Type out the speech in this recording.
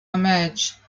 emerge